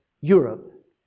Europe